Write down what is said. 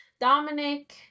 Dominic